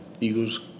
Eagles